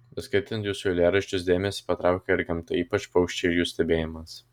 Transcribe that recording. beskaitant jūsų eilėraščius dėmesį patraukia ir gamta ypač paukščiai jų stebėjimas